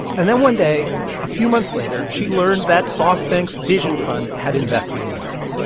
and then one day a few months later, she learned that softbank's vision fund had invested in wag.